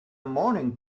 morning